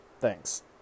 Thanks